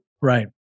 Right